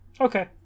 okay